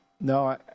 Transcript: No